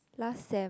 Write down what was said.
last sem